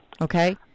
Okay